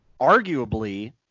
Arguably